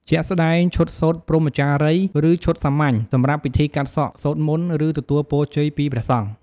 ជាក់ស្ដែង ឈុតសូត្រព្រហ្មចារីយ៍ ឬឈុតសាមញ្ញ សម្រាប់ពិធីកាត់សក់ សូត្រមន្ត ឬទទួលពរជ័យពីព្រះសង្ឃ។